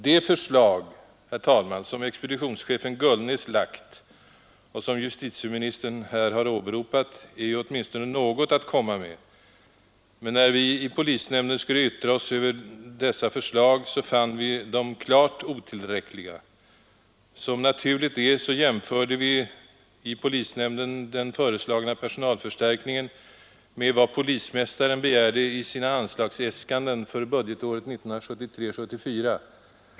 De förslag, herr talman, som expeditionschefen Gullnäs lagt fram och som justitieministern här har åberopat är åtminstone något att komma med. Men när vi i polisnämnden skulle yttra oss över dessa förslag fann vi dem klart otillräckliga. Som naturligt är jämförde vi i polisnämnden den föreslagna personalförstärkningen med vad polismästaren begärde i sina anslagsäskanden för budgetåret 1973/74.